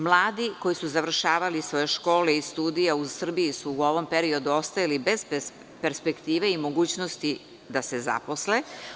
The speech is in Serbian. Mladi koji su završavali svoje škole i studije u Srbiji su u ovom periodu ostajali bez perspektive i mogućnosti da se zaposle.